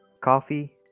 Coffee